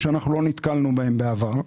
שלא נתקלנו בו בעבר.